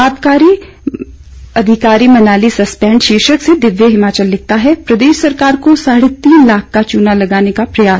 आबकारी अधिकारी मनाली सस्पेंड शीर्षक से दिव्य हिमाचल लिखता है प्रदेश सरकार को साढ़े तीन लाख का चूना लगाने का प्रयास